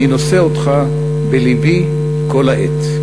אני נושא אותך בלבי כל העת.